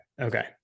Okay